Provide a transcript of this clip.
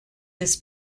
this